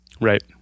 Right